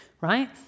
right